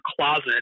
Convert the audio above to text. closet